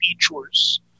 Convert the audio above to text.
features